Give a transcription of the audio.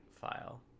file